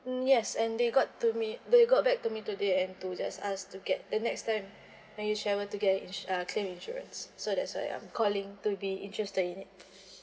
mm yes and they got to me they got back to me today and to let us to get the next time when you travel to uh claim insurance so that's why I'm calling to be interested in it